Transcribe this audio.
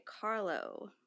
Carlo